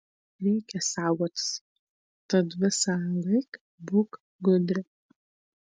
reikia saugotis tad visąlaik būk budri